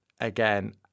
again